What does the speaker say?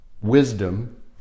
wisdom